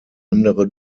andere